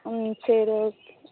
ம் சரி ஓக்